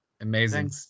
Amazing